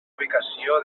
ubicació